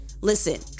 Listen